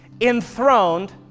enthroned